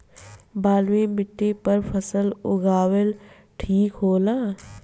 बलुई माटी पर फसल उगावल ठीक होला?